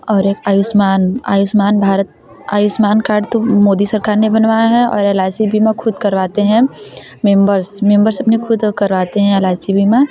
और एक आयुष्मान आयुष्मान भारत आयुष्मान कार्ड तो मोदी सरकार ने बनवाया है और एल आई सी बीमा ख़ुद करवाते हैं मेम्बर्स मेम्बर्स अपने खुद करवाते हैं एल आई सी बीमा